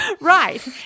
Right